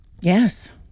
Yes